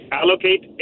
allocate